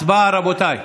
הצבעה, רבותיי.